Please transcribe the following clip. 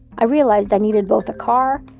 i realized i needed both a car.